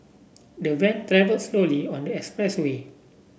the van travel slowly on the expressway